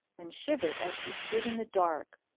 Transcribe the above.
and shivered as she stood in the dark.